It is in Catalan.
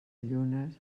llunes